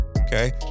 okay